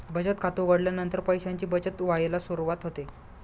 बचत खात उघडल्यानंतर पैशांची बचत व्हायला सुरवात होते